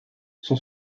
son